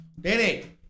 Danny